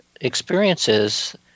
experiences